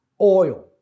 oil